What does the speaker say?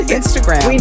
instagram